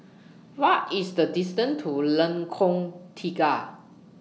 What IS The distance to Lengkong Tiga